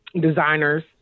designers